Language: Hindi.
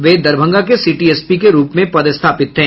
वे दरभंगा के सिटी एसपी के रूप में पदस्थापित थे